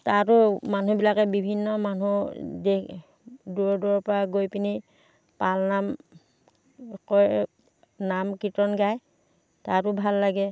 তাতো মানুহবিলাকে বিভিন্ন মানুহ দূৰ দূৰৰ পৰা গৈ পিনি পালনাম কৰে নাম কীৰ্তন গায় তাতো ভাল লাগে